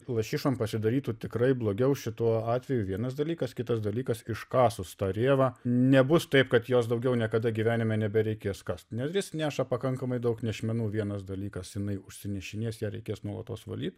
lašišom pasidarytų tikrai blogiau šituo atveju vienas dalykas kitas dalykas iškasus tą rėvą nebus taip kad jos daugiau niekada gyvenime nebereikės kast neris neša pakankamai daug nešmenų vienas dalykas jinai užsinešinės ją reikės nuolatos valyt